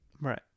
Right